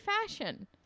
fashion